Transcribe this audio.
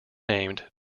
named